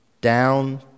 Down